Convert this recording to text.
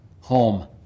home